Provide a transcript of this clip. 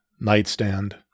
nightstand